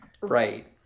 Right